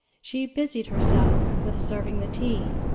she busied herself with serving the tea,